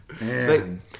Man